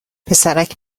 پسرک